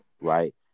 right